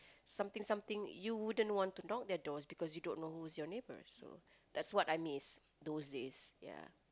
something something you wouldn't want to knock their doors because you don't know who's your neighbour so that's what I miss those days yeah